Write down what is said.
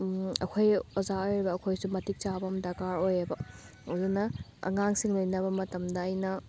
ꯑꯩꯈꯣꯏ ꯑꯣꯖꯥ ꯑꯣꯏꯔꯤꯕ ꯑꯩꯈꯣꯏꯁꯨ ꯃꯇꯤꯛ ꯆꯥꯕ ꯑꯃ ꯗꯔꯀꯥꯔ ꯑꯣꯏꯌꯦꯕ ꯑꯗꯨꯅ ꯑꯉꯥꯡꯁꯤꯡ ꯂꯣꯏꯅꯕ ꯃꯇꯝꯗ ꯑꯩꯅ